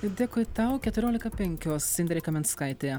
dėkui tau keturiolika penkios indrė kaminskaitė